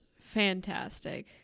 fantastic